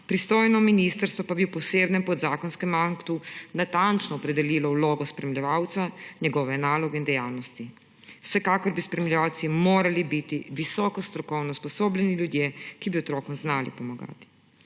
Pristojno ministrstvo pa bi v posebnem podzakonskem aktu natančno opredelilo vlogo spremljevalca, njegove naloge in dejavnosti. Vsekakor bi spremljevalci morali biti visoko strokovno usposobljeni ljudje, ki bi otrokom znali pomagati.